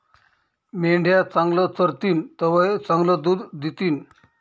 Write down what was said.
मेंढ्या चांगलं चरतीन तवय चांगलं दूध दितीन